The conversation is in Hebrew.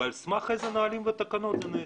ועל סמך איזה נהלים ותקנות זה נעשה.